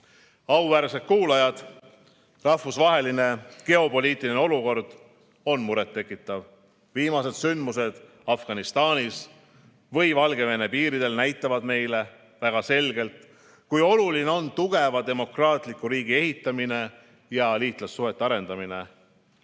Auväärsed kuulajad! Rahvusvaheline geopoliitiline olukord on murettekitav. Viimased sündmused Afganistanis ja Valgevene piiril näitavad meile väga selgelt, kui oluline on tugeva demokraatliku riigi ehitamine ja liitlassuhete arendamine,